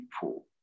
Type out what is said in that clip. people